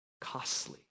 costly